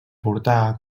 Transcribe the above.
portar